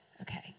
okay